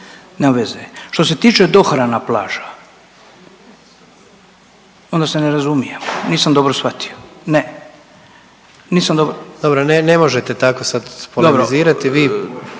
Nema veze. Što se tiče dohrana plaža, onda se ne razumijemo. Nisam dobro shvatio. Ne, nisam dobro. …/Upadica predsjednik: Dobro ne možete tako sad polemizirati./…